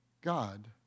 God